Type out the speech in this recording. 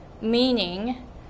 meaning